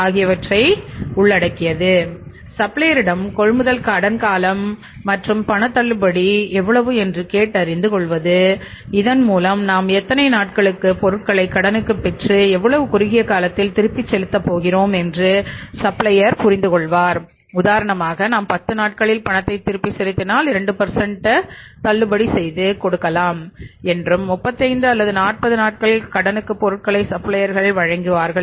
ஆகியவை அடங்கும் சப்ளையர்வழங்குவார்